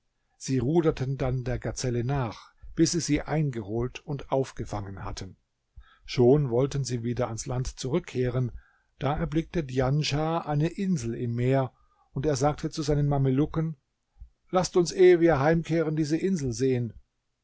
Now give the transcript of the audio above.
sie ruderten dann der gazelle nach bis sie sie eingeholt und aufgefangen hatten schon wollten sie wieder ans land zurückkehren da erblickte djanschah eine insel im meer und er sagte zu seinen mamelucken laßt uns ehe wir heimkehren diese insel sehen